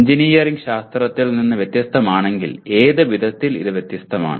engineering ശാസ്ത്രത്തിൽ നിന്ന് വ്യത്യസ്തമാണെങ്കിൽ ഏത് വിധത്തിൽ ഇത് വ്യത്യസ്തമാണ്